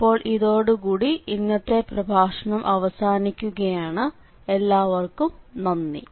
അപ്പോൾ ഇതോടുകൂടി ഇന്നത്തെ പ്രഭാഷണം അവസാനിക്കുകയാണ് എല്ലാവർക്കും നന്ദി